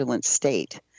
state